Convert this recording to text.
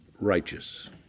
righteous